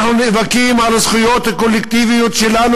אנחנו נאבקים על הזכויות הקולקטיביות שלנו,